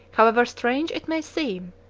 however strange it may seem,